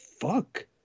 fuck